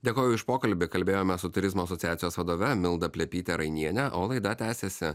dėkoju už pokalbį kalbėjome su turizmo asociacijos vadove milda plepyte rainiene o laida tęsiasi